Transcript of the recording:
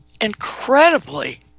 incredibly